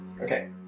Okay